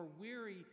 weary